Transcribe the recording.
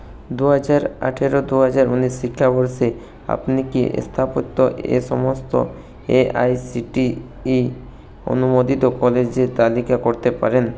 দু হাজার আঠেরো দু হাজার ঊনিশ শিক্ষাবর্ষে আপনি কি স্থাপত্য এ সমস্ত এআইসিটিই অনুমোদিত কলেজের তালিকা করতে পারেন